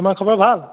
তোমাৰ খবৰ ভাল